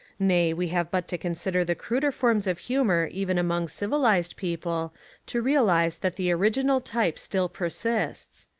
nay, we have but to consider the cruder forms of humour even among civilised people to real ise that the original type still persists.